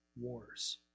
wars